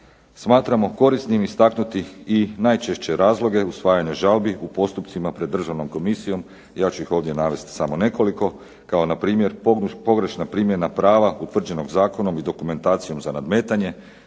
Smatramo korisnim istaknuti i najčešće razloge usvajanja žalbi u postupcima pred Državnom komisijom. Ja ću ih ovdje navesti samo nekoliko. Kao na primjer pogrešna primjena prava utvrđena zakonom i dokumentacijom za nadmetanje,